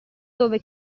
dove